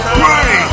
pray